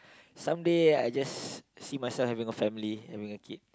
some day I just see myself having a family having a kid